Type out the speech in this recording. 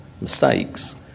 mistakes